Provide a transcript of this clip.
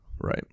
Right